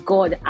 God